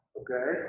okay